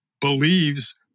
believes